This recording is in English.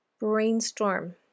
Brainstorm